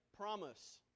Promise